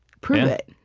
prove it.